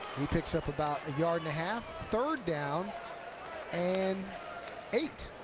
he picks up about a yard and a half. third down and eight.